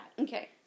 Okay